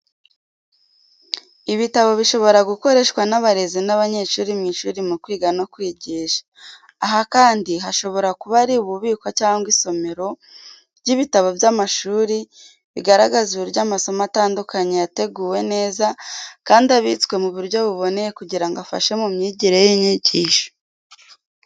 Ibitabo bishobora gukoreshwa n’abarezi n’abanyeshuri mu ishuri mu kwiga no kwigisha. Aha kandi hashobora kuba ari ububiko cyangwa isomero ry’ibitabo by'amashuri, bigaragaza uburyo amasomo atandukanye yateguwe neza kandi abitswe mu buryo buboneye kugira ngo afashe mu myigire n’inyigisho.